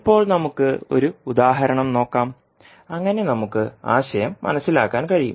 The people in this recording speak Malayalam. ഇപ്പോൾ നമുക്ക് ഒരു ഉദാഹരണം നോക്കാം അങ്ങനെ നമുക്ക് ആശയം മനസ്സിലാക്കാൻ കഴിയും